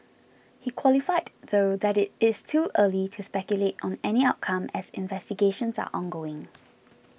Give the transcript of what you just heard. he qualified though that it is too early to speculate on any outcome as investigations are ongoing